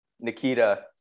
Nikita